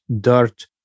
dirt